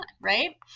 right